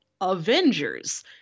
Avengers